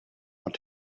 want